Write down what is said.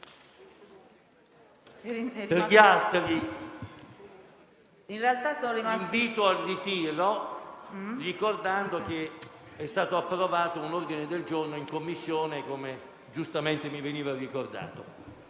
formulo un invito al ritiro, ricordando che è stato approvato un ordine del giorno in Commissione, come giustamente mi è stato ricordato.